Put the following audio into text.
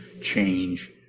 change